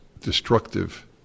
destructive